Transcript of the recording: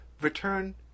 return